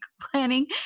planning